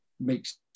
makes